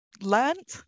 learned